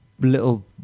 little